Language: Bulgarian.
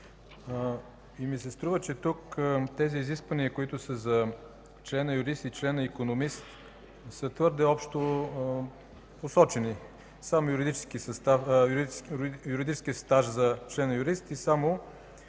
и ми се струва, че тук, тези изисквания, които са за член юрист и член икономист са твърде общо посочени. Само юридически стаж за член юрист и само